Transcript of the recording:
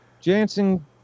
Jansen